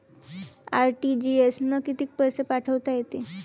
RTGS न कितीक पैसे पाठवता येते?